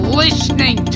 listening